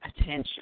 attention